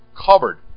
covered